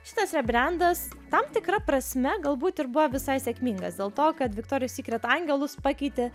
šitas yra rebrendas tam tikra prasme galbūt ir buvo visai sėkmingas dėl to kad viktorijos sykret angelus pakeitė